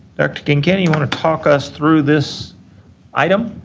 dr. kincannon, you want to talk us through this item?